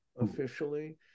officially